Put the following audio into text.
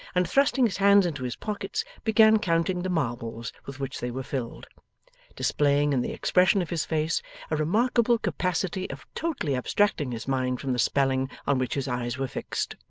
and thrusting his hands into his pockets began counting the marbles with which they were filled displaying in the expression of his face a remarkable capacity of totally abstracting his mind from the spelling on which his eyes were fixed.